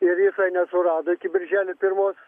ir jis nesurado iki birželio pirmos